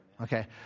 Okay